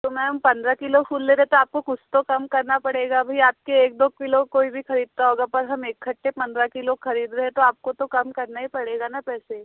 तो मैम पंद्रह किलो फूल ले रहे तो आपको कुछ तो कम करना पड़ेगा अभी आपके एक दो किलो कोई भी खरीदता होगा पर हम इकट्ठे पंद्रह किलो खरीद रहे तो आपको तो कम करना ही पड़ेगा न पैसे